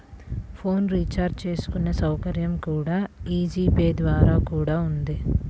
phone recharge చేసుకునే సౌకర్యం కూడా యీ జీ పే ద్వారా కూడా ఉంది